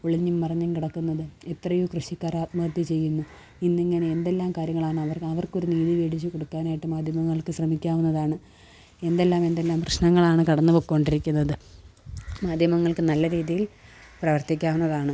ഒളിഞ്ഞും മറിഞ്ഞും കിടക്കുന്നത് എത്രയോ കൃഷിക്കാര് ആത്മഹത്യ ചെയ്യുന്നു ഇന്നിങ്ങനെ എന്തെല്ലാം കാര്യങ്ങളാണ് അവര് അവര്ക്കൊരു നീതി മേടിച്ചു കൊടുക്കാനായിട്ട് മാധ്യമങ്ങള്ക്ക് ശ്രമിക്കാവുന്നതാണ് എന്തെല്ലാം എന്തെല്ലാം പ്രശ്നങ്ങളാണ് കടന്നു പോയിക്കോണ്ടിരിക്കുന്നത് മാധ്യമങ്ങള്ക്ക് നല്ല രീതിയില് പ്രവര്ത്തിക്കാവുന്നതാണ്